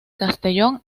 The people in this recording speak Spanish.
castellón